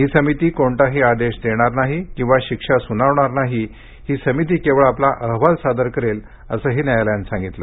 ही समिती कोणताही आदेश देणार नाही किंवा शिक्षा सुनावणार नाही ही समिती केवळ आपला अहवाल सादर करेल असंही न्यायालयानं सांगितलं